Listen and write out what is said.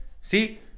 see